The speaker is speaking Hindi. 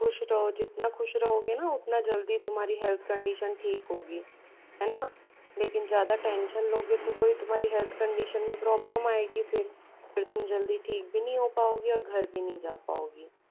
खुश रहो जितना खुश रहोगे न उतना जल्दी तुम्हारी हेल्थ कंडीशन ठीक होगी है न लेकिन ज़्यादा टेंशन लोगे तो वोही तुम्हारी हेल्थ कंडीशन में प्रॉब्लम आएगी फिर फिर तुम जल्दी ठीक भी नहीं हो पाओगी और घर भी नहीं जा पाओगी